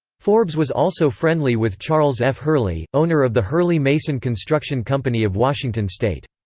forbes was also friendly with charles f. hurley, owner of the hurley-mason construction company of washington state.